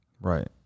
Right